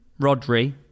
Rodri